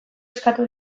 eskatu